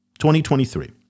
2023